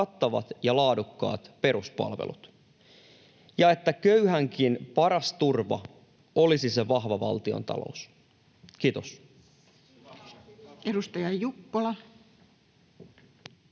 ja laadukkaat peruspalvelut ja että köyhänkin paras turva olisi se vahva valtiontalous. — Kiitos.